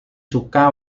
suka